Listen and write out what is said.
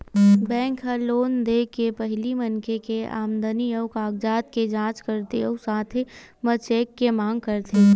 bank ह loan दे के पहिली मनखे के आमदनी अउ कागजात के जाँच करथे अउ साथे म चेक के मांग करथे